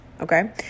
okay